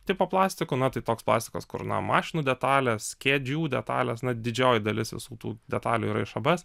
tipo plastiku na tai toks pasakas kur na mašinų detalės kėdžių detalės didžioji dalis visų tų detalių yra iš abs